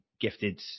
gifted